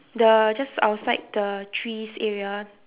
the just outside the trees area